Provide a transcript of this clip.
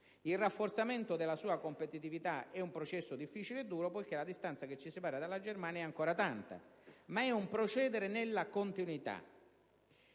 Il rafforzamento della sua competitività è un processo difficile e duro, poiché la distanza che ci separa dalla Germania è ancora tanta. Ma è un procedere nella continuità